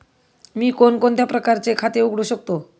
मी कोणकोणत्या प्रकारचे खाते उघडू शकतो?